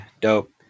Dope